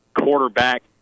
quarterback